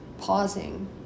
pausing